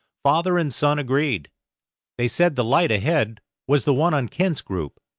father and son agreed they said the light ahead was the one on kent's group,